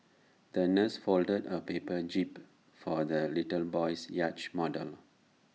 the nurse folded A paper jib for the little boy's yacht model